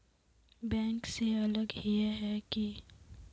Bank से अलग हिये है की?